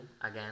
again